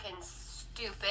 stupid